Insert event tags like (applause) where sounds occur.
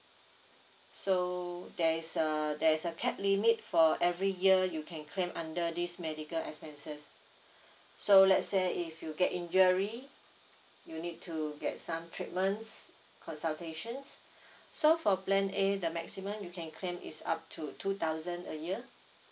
so there is a there is a cap limit for every year you can claim under this medical expenses so let's say if you get injury you need to get some treatments consultations (breath) so for plan A the maximum you can claim is up to two thousand a year